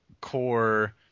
core